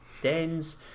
Dens